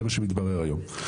זה מה שמתברר היום.